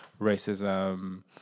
racism